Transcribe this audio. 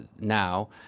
Now